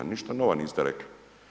Ništa nova niste rekli.